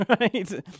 right